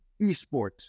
esports